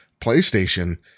PlayStation